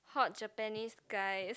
hot Japanese guys